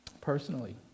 personally